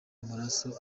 amaraso